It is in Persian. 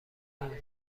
موجود